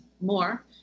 more